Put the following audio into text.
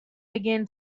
began